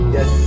Yes